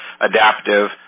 Adaptive